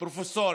פרופסורים.